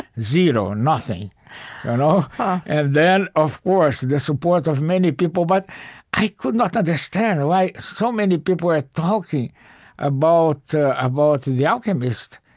zero, nothing you know and then, of course, the support of many people. but i could not understand why so many people were talking about the about the alchemist,